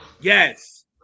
Yes